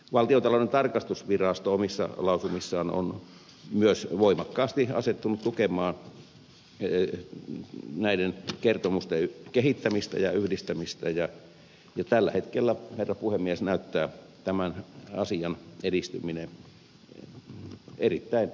valtiontalouden tarkastusvirasto omissa lausumissaan on myös voimakkaasti asettunut tukemaan näiden kertomusten kehittämistä ja yhdistämistä ja tällä hetkellä herra puhemies näyttää tämän asian edistyminen erittäin hyvältä